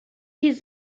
his